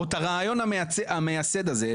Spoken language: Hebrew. או את הרעיון המייסד הזה,